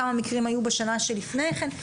כמה מקרים היו בשנה שלפני כן,